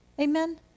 Amen